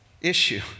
issue